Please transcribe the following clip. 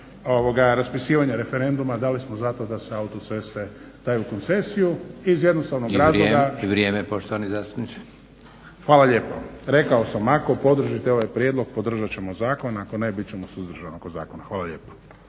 raspisivanje referenduma da li smo za to da se autoceste daju u koncesiju iz jednostavnog razloga … …/Upadica Leko: I vrijeme gospodine zastupniče./… Hvala lijepo. Rekao sam, ako podržite ovaj prijedlog podržat ćemo zakon, ako ne bit ćemo suzdržani oko zakona. Hvala lijepo.